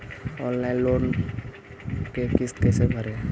Online loan के किस्त कैसे भरे?